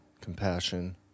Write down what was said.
compassion